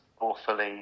awfully